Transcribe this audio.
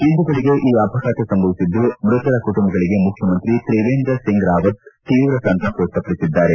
ಇಂದು ಬೆಳಿಗ್ಗೆ ಈ ಅಪಘಾತ ಸಂಭವಿಸಿದ್ದು ಮೃತರ ಕುಟುಂಬಗಳಿಗೆ ಮುಖ್ಯಮಂತ್ರಿ ತ್ರೀವೆಂದ್ರ ಸಿಂಗ್ರಾವತ್ ತೀವ್ರ ಸಂತಾಪ ವ್ಯಕ್ತಪಡಿಸಿದ್ದಾರೆ